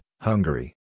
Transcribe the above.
Hungary